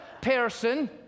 person